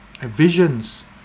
visions